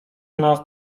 nas